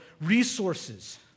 resources